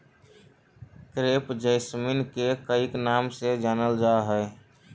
crepe jasmine के कईक नाम से जानलजा हइ